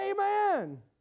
Amen